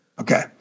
Okay